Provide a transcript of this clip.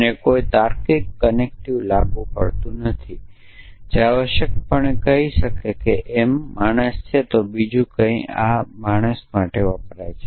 અહીં કોઈ તાર્કિક કનેક્ટીવ લાગુ પડતું નથી જે આવશ્યકપણે આપણે કહી શકીએ કે એમ માણસ માટે છે અને બીજું કંઇક R નશ્વર માટે વપરાય છે